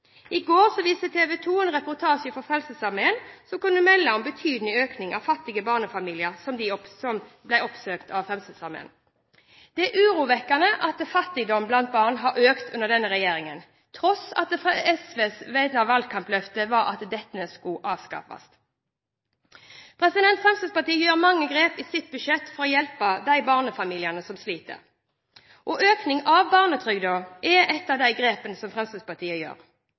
I går viste TV 2 en reportasje fra Frelsesarmeen som kunne melde om betydelig økning i fattige barnefamilier som oppsøkte Frelsesarmeen. Det er urovekkende at fattigdom blant barn har økt under denne regjeringen, på tross av SVs valgkampløfter om at fattigdom skulle avskaffes. Fremskrittspartiet tar mange grep i sitt budsjett for å hjelpe de barnefamiliene som sliter. Det å øke barnetrygden er et av de grepene som Fremskrittspartiet